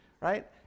right